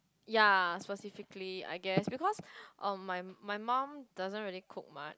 ya specifically I guess because uh my my mum doesn't really cook much